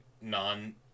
non